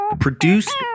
Produced